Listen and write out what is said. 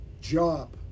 job